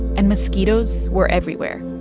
and mosquitoes were everywhere,